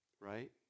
right